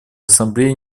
ассамблеи